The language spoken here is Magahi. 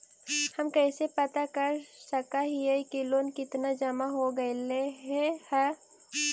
हम कैसे पता कर सक हिय की लोन कितना जमा हो गइले हैं?